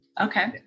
Okay